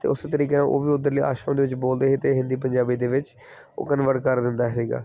ਅਤੇ ਉਸ ਤਰੀਕੇ ਨਾਲ ਉਹ ਵੀ ਉੱਧਰਲੀ ਆਸਾਮੀ ਦੇ ਵਿੱਚ ਬੋਲਦੇ ਸੀ ਅਤੇ ਹਿੰਦੀ ਪੰਜਾਬੀ ਦੇ ਵਿੱਚ ਉਹ ਕਨਵਰਟ ਕਰ ਦਿੰਦਾ ਸੀਗਾ